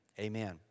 Amen